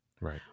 Right